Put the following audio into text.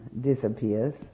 disappears